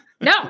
no